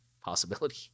possibility